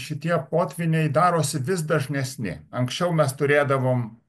šitie potvyniai darosi vis dažnesni anksčiau mes turėdavom